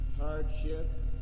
hardship